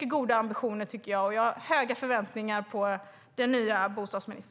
goda ambitioner, och jag har höga förväntningar på den nya bostadsministern.